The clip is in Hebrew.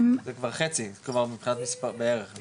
זה כבר חצי, כלומר מבחינת מספר בערך.